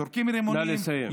זורקים רימונים,